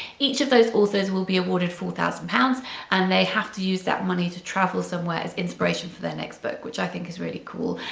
each of those authors will be awarded four thousand pounds and they have to use that money to travel somewhere as inspiration for their next book which i think is really cool.